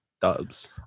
Dubs